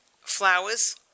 flowers